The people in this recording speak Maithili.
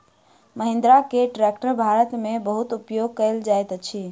महिंद्रा के ट्रेक्टर भारत में बहुत उपयोग कयल जाइत अछि